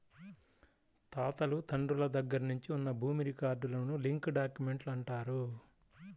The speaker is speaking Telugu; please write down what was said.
తాతలు తండ్రుల దగ్గర నుంచి ఉన్న భూమి రికార్డులను లింక్ డాక్యుమెంట్లు అంటారు